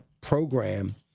program